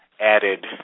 added